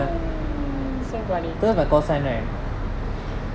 so funny